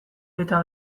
eta